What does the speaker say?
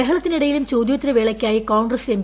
ബഹളത്തിനിടയിലും ചോദ്യോത്തരവേളയ്ക്കായി കോൺഗ്രസ് എം